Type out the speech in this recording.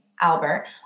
Albert